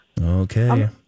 Okay